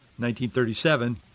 1937